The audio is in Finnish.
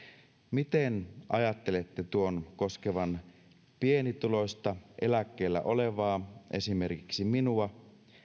miten ajattelette tuon koskevan pienituloista eläkkeellä olevaa esimerkiksi minua